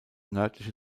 nördliche